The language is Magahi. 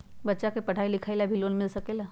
बच्चा के पढ़ाई लिखाई ला भी लोन मिल सकेला?